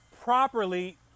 properly